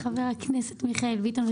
חבר הכנסת מיכאל ביטון,